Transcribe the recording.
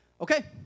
Okay